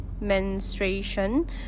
menstruation